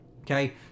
Okay